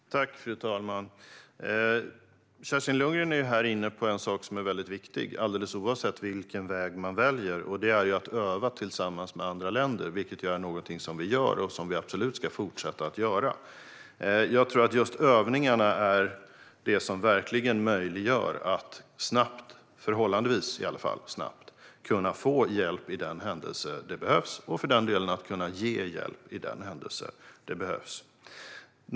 Fru talman! Kerstin Lundgren är inne på en sak som är mycket viktig, alldeles oavsett vilken väg som man väljer, och det är att öva tillsammans med andra länder. Det är någonting som vi gör och som vi absolut ska fortsätta göra. Jag tror att just övningarna är det som verkligen möjliggör att man förhållandevis snabbt ska kunna få hjälp för den händelse att det behövs och för den delen kunna ge hjälp för den händelse att det behövs.